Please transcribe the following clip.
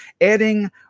adding